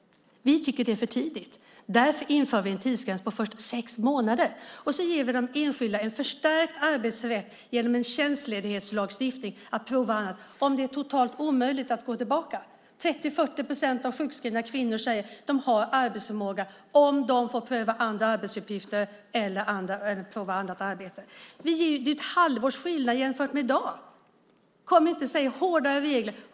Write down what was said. Vi tycker att det är för tidigt. Därför inför vi en tidsgräns på först sex månader. Vi ger också de anställda en förstärkt arbetsrätt genom en tjänstledighetslagstiftning enligt vilken man ska pröva om det är totalt omöjligt att gå tillbaka. 30-40 procent av de sjukskrivna kvinnorna säger att de har arbetsförmåga om de får pröva andra arbetsuppgifter eller annat arbete. Det blir ett halvårs skillnad jämfört med i dag. Kom inte och säg att det blir hårdare regler!